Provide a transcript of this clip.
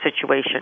situation